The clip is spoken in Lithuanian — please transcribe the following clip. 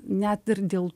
net ir dėl